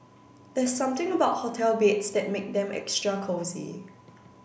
there's something about hotel beds that make them extra cosy